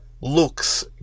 looks